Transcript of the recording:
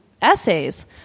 essays